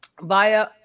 via